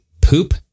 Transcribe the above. poop